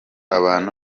abantu